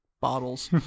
bottles